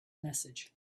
message